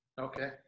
Okay